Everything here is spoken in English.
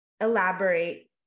elaborate